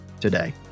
today